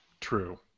True